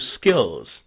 skills